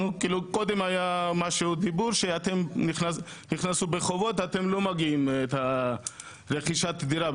קודם לכן היה דיבור שכשנכנסים לחובות אתם לא שולחים את רכישת הדירה,